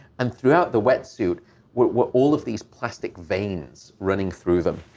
and throughout the wetsuit were all of these plastic veins running through them.